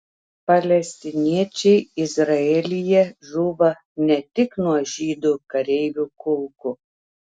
palestiniečiai izraelyje žūva ne tik nuo žydų kareivių kulkų